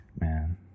man